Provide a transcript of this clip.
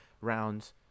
rounds